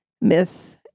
myth